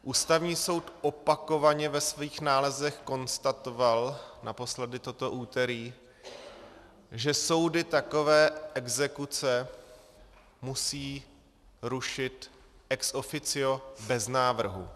Ústavní soud opakovaně ve svých nálezech konstatoval, naposledy toto úterý, že soudy takové exekuce musí rušit ex officio bez návrhu.